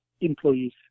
employees